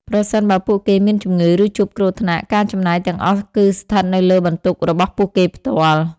ប្រសិនបើពួកគេមានជំងឺ ឬជួបគ្រោះថ្នាក់ ការចំណាយទាំងអស់គឺស្ថិតនៅលើបន្ទុករបស់ពួកគេផ្ទាល់។